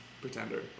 pretender